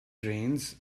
trains